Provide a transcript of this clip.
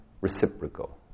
reciprocal